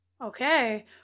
Okay